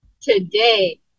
today